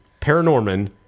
Paranorman